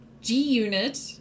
G-Unit